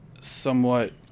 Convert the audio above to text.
somewhat